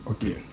Okay